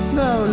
no